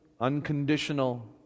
unconditional